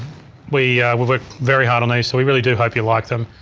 we we work very hard on these so we really do hope you like them.